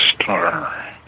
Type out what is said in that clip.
star